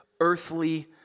earthly